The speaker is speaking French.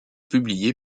publié